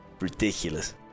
ridiculous